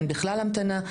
אין בכלל המתנה,